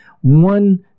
One